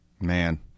man